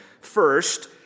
First